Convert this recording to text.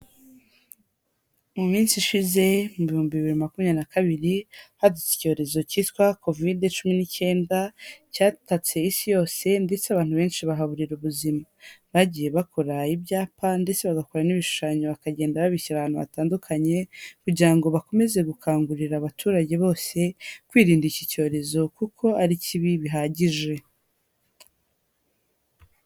Mu minsi ishize mu bihumbi bibiri makumyabiri na kabiri hadutse icyorezo kitwa Covid cumi n'icyenda, cyatatse Isi yose ndetse abantu benshi bahaburira ubuzima, bagiye bakora ibyapa ndetse bagakora n'ibishushanyo bakagenda babishyira ahantu hatandukanye kugira ngo bakomeze gukangurira abaturage bose kwirinda iki cyorezo kuko ari kibi bihagije.